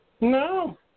No